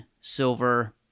silver